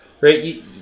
right